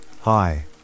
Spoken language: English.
hi